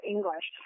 English